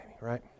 right